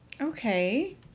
Okay